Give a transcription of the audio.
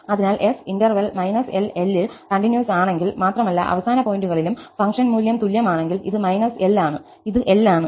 അതിനാൽ f interval −L L ൽ continuous ആണെങ്കിൽ മാത്രമല്ല അവസാന പോയിന്റുകളിലും ഫംഗ്ഷൻ മൂല്യങ്ങൾ തുല്യമാണെങ്കിൽ ഇത് −L ആണ് ഇത് L ആണ്